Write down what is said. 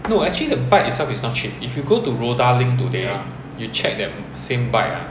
no actually the bike itself is not cheap if you go to rodalink today you check that same bike ah